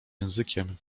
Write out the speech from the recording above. językiem